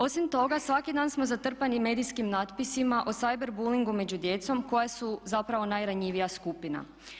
Osim toga, svaki dan smo zatrpani medijskim natpisima o ciberbullyingu među djecom koja su zapravo najranjivija skupina.